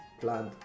plant